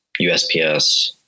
USPS